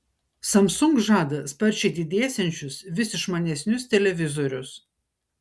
samsung žada sparčiai didėsiančius vis išmanesnius televizorius